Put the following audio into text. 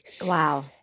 Wow